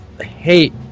hate